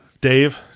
Dave